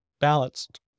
balanced